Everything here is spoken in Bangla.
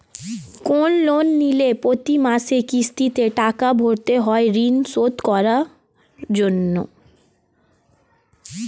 কোন লোন নিলে প্রতি মাসে কিস্তিতে টাকা ভরতে হয় ঋণ শোধ করার জন্য